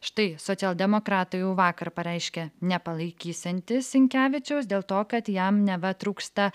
štai socialdemokratai jau vakar pareiškė nepalaikysiantys sinkevičiaus dėl to kad jam neva trūksta